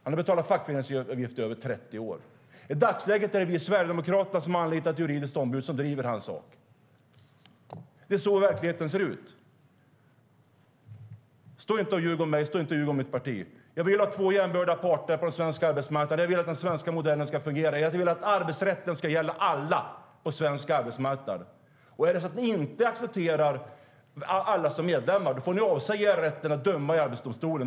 Han hade betalat fackföreningsavgift i över 30 år. I dagsläget är det Sverigedemokraterna som har anlitat ett juridiskt ombud som driver hans sak. Om ni inte accepterar alla som medlemmar får ni avsäga er rätten att sitta med och döma i Arbetsdomstolen.